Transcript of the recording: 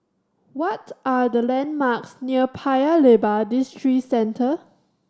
what are the landmarks near Paya Lebar Districentre